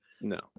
no